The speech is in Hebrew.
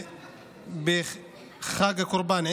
בחג הקורבן,